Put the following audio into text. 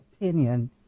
opinion